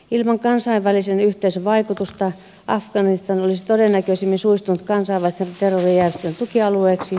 ilman kansainvälisen yhteisön vaikutusta afganistan olisi todennäköisimmin suistunut kansainvälisten terrorijärjestöjen tukialueeksi